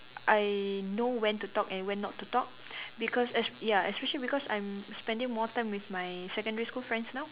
I know when to talk and when not to talk because es~ ya especially because I'm spending more time with my secondary school friends now